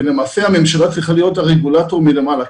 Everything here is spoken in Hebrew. ולמעשה הממשלה צריכה להיות הרגולטור מלמעלה.